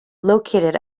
located